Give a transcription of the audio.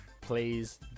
Please